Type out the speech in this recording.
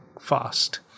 fast